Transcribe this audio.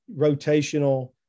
rotational